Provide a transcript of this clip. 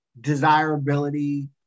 desirability